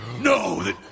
No